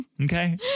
Okay